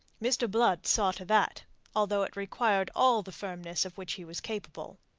mr. blood saw to that, although it required all the firmness of which he was capable.